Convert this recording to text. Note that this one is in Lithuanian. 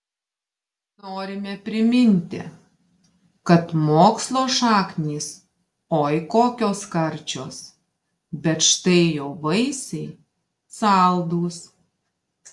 norime priminti kad mokslo šaknys oi kokios karčios bet štai jo vaisiai saldūs